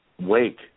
wake